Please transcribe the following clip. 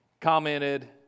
commented